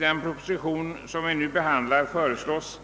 I den proposition som vi nu diskuterar föreslås